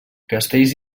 castells